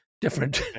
different